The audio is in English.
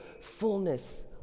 fullness